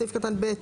בסעיף קטן (ב),